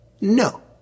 No